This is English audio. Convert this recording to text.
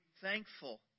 thankful